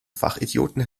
fachidioten